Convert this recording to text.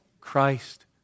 Christ